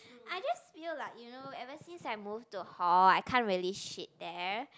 I just feel like you know ever since I move to hall I can't really shit there